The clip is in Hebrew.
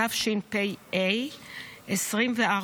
התשפ"ה 2024,